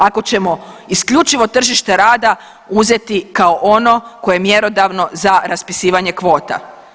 Ako ćemo isključivo tržište rada uzeti kao ono koje je mjerodavno za raspisivanje kvota.